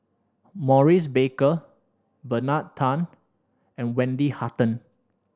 Maurice Baker Bernard Tan and Wendy Hutton